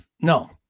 no